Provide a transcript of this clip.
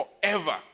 forever